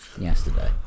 yesterday